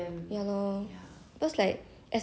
it becomes harder for the black [one] to eat